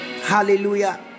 Hallelujah